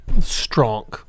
strong